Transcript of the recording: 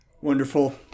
Wonderful